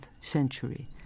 century